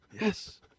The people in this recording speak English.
Yes